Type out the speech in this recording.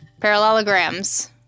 parallelograms